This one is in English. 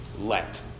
let